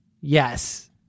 yes